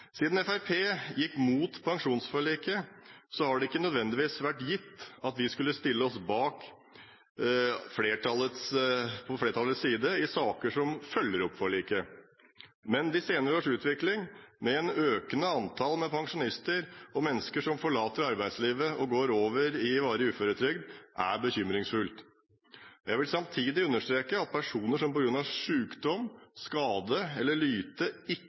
Siden Fremskrittspartiet gikk mot pensjonsforliket, har det ikke nødvendigvis vært gitt at vi skulle stille oss på flertallets side i saker som følger opp forliket. Men de senere års utvikling, med et økende antall pensjonister og mennesker som forlater arbeidslivet og går over i varig uføretrygd, er bekymringsfull. Jeg vil samtidig understreke at personer som på grunn av sykdom, skade eller lyte ikke